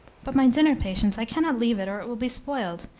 but my dinner, patience i can not leave it, or it will be spoiled,